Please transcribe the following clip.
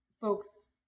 folks